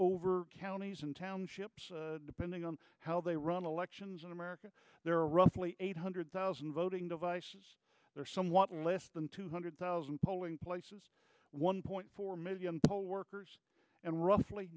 over counties and townships depending on how they run elections in america there are roughly eight hundred thousand voting device there somewhat less than two hundred thousand polling places one point four million poll workers and roughly